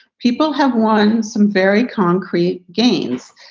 people have won some very concrete gains.